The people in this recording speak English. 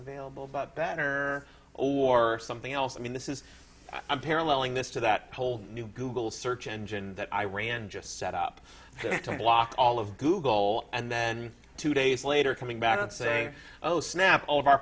available but better or something else i mean this is i'm paralleling this to that whole new google search engine that iran just set up to block all of google and then two days later coming back and say oh snap all of our